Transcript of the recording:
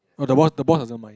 no the boss the boss doesn't mind